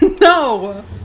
No